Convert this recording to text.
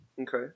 Okay